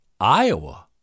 Iowa